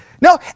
no